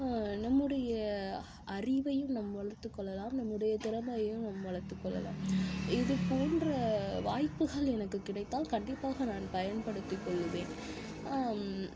நம்முடைய அறிவையும் நம் வளர்த்துக்கொள்ளலாம் நம்முடைய திறமையும் நம் வளர்த்துக்கொள்ளலாம் இது போன்ற வாய்ப்புகள் எனக்கு கிடைத்தால் கண்டிப்பாக நான் பயன்படுத்தி கொள்வேன்